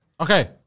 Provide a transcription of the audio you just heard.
Okay